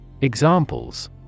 Examples